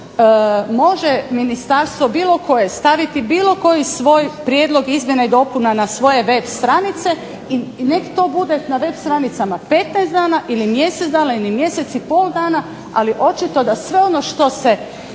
može ministarstvo bilo koje staviti bilo koji svoj prijedlog izmjena i dopuna na svoje web stranice i nek to bude na web stranicama 15 dana ili mjesec dana ili mjesec i pol dan, ali očito da sve ono što se